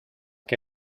que